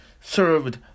served